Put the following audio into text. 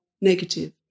negative